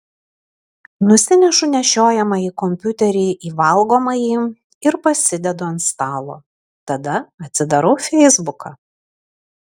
nusinešu nešiojamąjį kompiuterį į valgomąjį ir pasidedu ant stalo tada atsidarau feisbuką